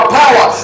power